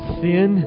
sin